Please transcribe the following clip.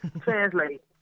Translate